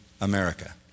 America